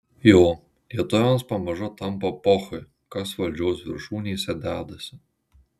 jo lietuviams pamažu tampa pochui kas valdžios viršūnėse dedasi